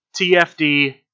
TFD